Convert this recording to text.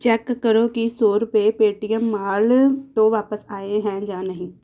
check ਕਰੋ ਕਿ ਸੌ ਰੁਪਏ ਪੇਅਟੀਐਮ ਮਾਲ ਤੋਂ ਵਾਪਸ ਆਏ ਹੈ ਜਾਂ ਨਹੀਂ